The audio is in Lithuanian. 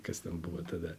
kas ten buvo tada